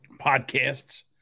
podcasts